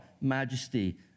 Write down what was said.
majesty